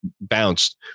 bounced